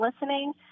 listening